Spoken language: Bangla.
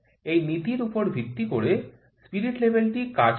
এই নীতির উপর ভিত্তি করে স্পিরিট লেভেল টি কাজ করে